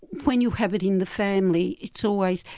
when you have it in the family it's always,